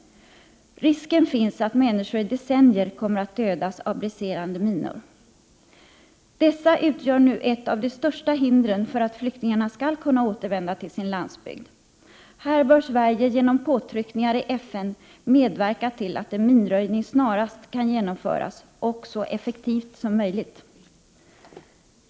Risken finns att människor under decennier kommer att dödas av briserande minor. Dessa minor utgör nu ett av de största hindren för att flyktingarna skall kunna återvända till sin landsbygd. Här bör Sverige genom påtryckningar i FN medverka till att en så effektiv minröjning som möjligt snarast kan genomföras.